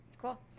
cool